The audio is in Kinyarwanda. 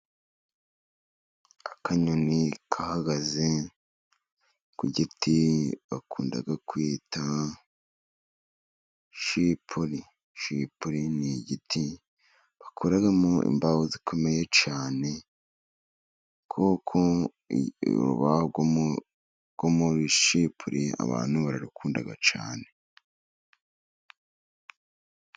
Akanyoni kahagaze ku giti bakunda kwita shipuri. Shipuri ni igiti bakoramo imbaho zikomeye cyane, kuko urubaho rwo muri shipuri abantu bararukunda cyane.